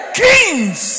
kings